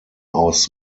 aus